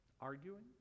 arguing